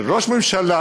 של ראש ממשלה,